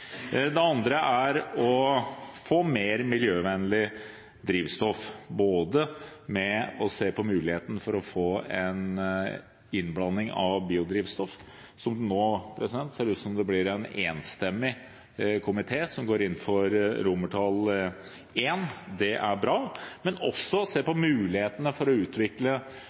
Det andre er å få mer miljøvennlig drivstoff, både ved å se på muligheten for å få en innblanding av biodrivstoff – nå ser det ut til å bli en enstemmig komité som går inn for I i innstillingen, og det er bra – og ved å se på mulighetene for å utvikle